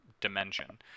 dimension